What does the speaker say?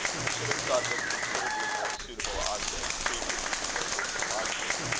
i should have thought them considerably more suitable objects previous to their disembodiment.